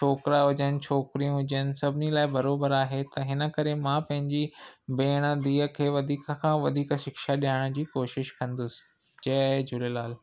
छोकिरा हुजनि छोकिरियूं हुजनि सभिनिनि लाइ बराबर आहे त हिन करे मां पंहिंजी भेण धीअ खे वधीक खां वधीक शिक्षा ॾियारण जी कोशिशि कंदुसि जय झूलेलाल